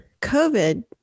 COVID